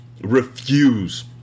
Refuse